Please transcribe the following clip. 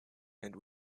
and